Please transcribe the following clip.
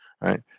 right